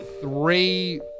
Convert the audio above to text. three